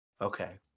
Okay